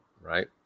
right